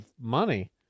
money